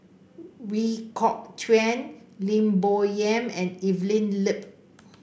We Kok Chuen Lim Bo Yam and Evelyn Lip